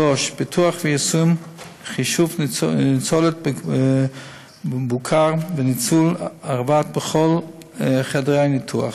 3. פיתוח ויישום של חישוב ניצולת בוקר וניצולת ערב בכלל חדרי הניתוח,